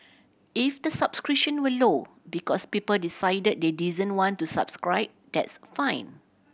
if the subscription were low because people decided they didn't want to subscribe that's fine